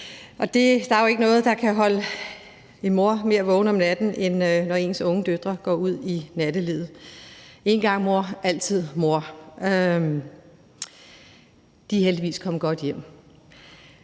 der er jo ikke noget, der kan holde en mor mere vågen om natten, end når ens unge døtre går ud i nattelivet – en gang mor, altid mor. De er heldigvis kommet godt hjem.